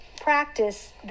practice